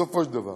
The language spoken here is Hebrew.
בסופו של דבר,